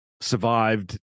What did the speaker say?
survived